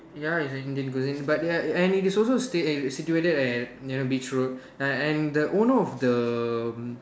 ya it's an Indian cuisine but they are and it is also st~ situated at near beach road uh and the owner of the